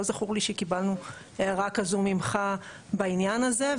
לא זכור לי שקיבלנו הערה כזו ממך בעניין הזה.